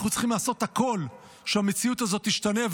אנחנו צריכים לעשות הכול כדי שהמציאות הזאת תשתנה,